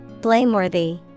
Blameworthy